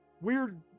weird